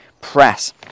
press